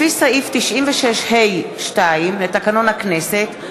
לפי סעיף 96(ה)(2) לתקנון הכנסת,